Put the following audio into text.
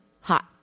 hot